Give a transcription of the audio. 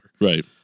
Right